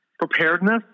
preparedness